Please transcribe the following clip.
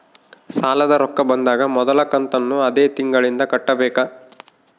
ಸಾಲದ ರೊಕ್ಕ ಬಂದಾಗ ಮೊದಲ ಕಂತನ್ನು ಅದೇ ತಿಂಗಳಿಂದ ಕಟ್ಟಬೇಕಾ?